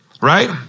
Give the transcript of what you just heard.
right